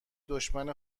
دشمن